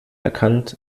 erkannt